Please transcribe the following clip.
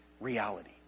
reality